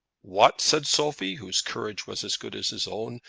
what! said sophie, whose courage was as good as his own.